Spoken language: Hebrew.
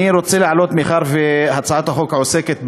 אני רוצה לעלות מאחר שהצעת החוק עוסקת בארנונה,